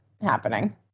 happening